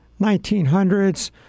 1900s